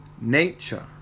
nature